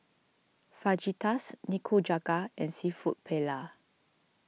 Fajitas Nikujaga and Seafood Paella